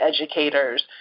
educators